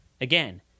again